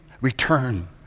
return